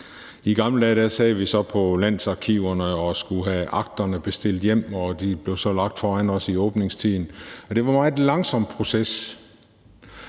I gamle dage sad vi så på landsarkiverne og skulle have akterne bestilt hjem. De blev så lagt foran os i åbningstiden. Det var en meget langsom proces.